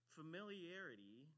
familiarity